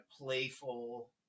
playful